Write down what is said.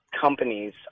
companies